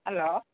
hello